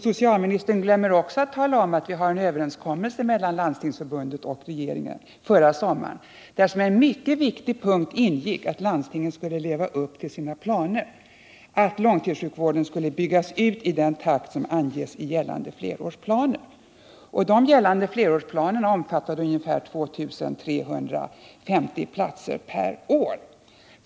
Socialministern glömmer också att tala om att det träffades en överenskommelse mellan Landstingsförbundet och regeringen förra sommaren, där som en mycket viktig punkt ingick att landstingen skulle leva upp till sina planer och att långtidssjukvården skulle byggas ut i den takt som anges i gällande flerårsplaner. Dessa flerårsplaner omfattade ungefär 2 350 platser per år.